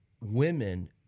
women